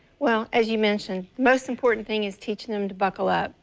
well, as you mentioned, most important thing is teaching them to buckle up.